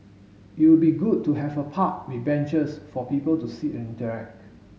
it would be good to have a park with benches for people to sit and interact